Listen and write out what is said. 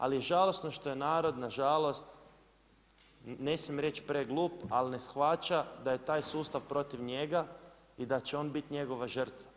Ali je žalosno što je narod nažalost, ne smijem reći preglup ali ne shvaća da je taj sustav protiv njega i da će on biti njegova društva.